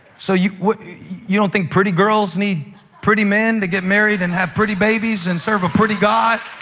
so you you don't think pretty girls need pretty men to get married and have pretty babies and serve a pretty god?